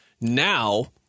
now